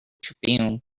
tribune